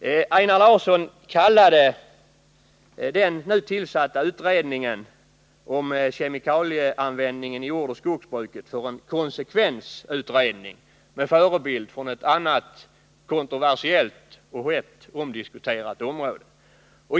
Einar Larsson kallade den nu tillsatta utredningen om kemikalieanvändningen ijordoch skogsbruket för en konsekvensutredning, med förebild från ett annat kontroversiellt projekt på ett omdiskuterat område.